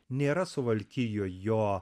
nėra suvalkijoj jo